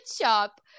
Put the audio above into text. shop